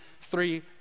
three